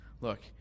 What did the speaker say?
Look